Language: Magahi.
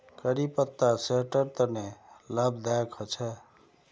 करी पत्ता सेहटर तने लाभदायक होचे